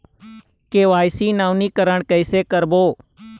KYC नवीनीकरण कैसे करबो?